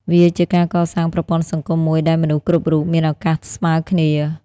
វាជាការកសាងប្រព័ន្ធសង្គមមួយដែលមនុស្សគ្រប់រូបមានឱកាសស្មើគ្នា។